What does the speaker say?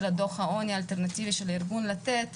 דוח העוני האלטרנטיבי של ארגון "לתת",